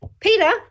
Peter